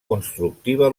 constructiva